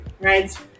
right